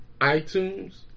iTunes